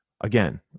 again